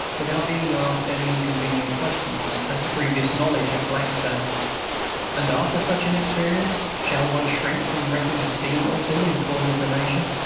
without being asked any inconvenient questions as to previous knowledge of blackstone and after such an experience, shall one shrink from wrecking a steamer or two in the cause of the nation?